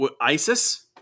ISIS